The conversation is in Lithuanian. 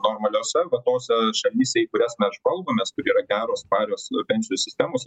normaliose vat tose šalyse į kurias mes žvalgomės kur yra geros tvarios pensijų sistemos